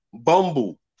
Bumble